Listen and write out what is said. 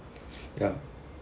ya